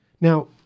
Now